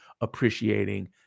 appreciating